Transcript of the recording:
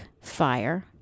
fire